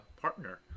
partner